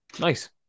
nice